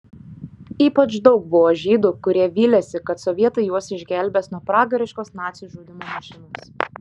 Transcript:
ypač daug buvo žydų kurie vylėsi kad sovietai juos išgelbės nuo pragariškos nacių žudymo mašinos